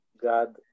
God